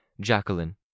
Jacqueline